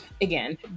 again